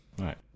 Right